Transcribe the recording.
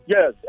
Yes